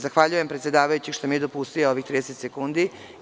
Zahvaljujem predsedavajući što mi je dopustio ovih 30 sekundi.